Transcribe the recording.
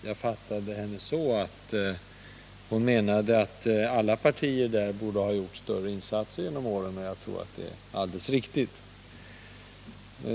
Jag fattade henne så, att hon menar att alla partier borde ha gjort större insatser under årens lopp. Jag tror att detta är alldeles riktigt.